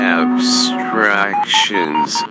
abstractions